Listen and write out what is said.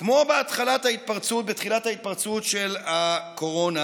כמו בתחילת ההתפרצות של הקורונה,